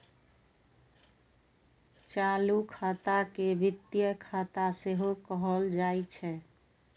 चालू खाता के वित्तीय खाता सेहो कहल जाइ छै